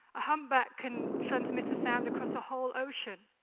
a humpback can transmit a sound across a whole ocean.